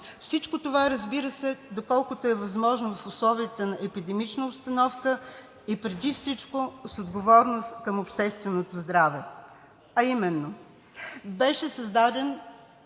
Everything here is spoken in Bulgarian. всичко това, разбира се, доколкото е възможно в условията на епидемична обстановка и преди всичко с отговорност към общественото здраве, а именно: беше създаден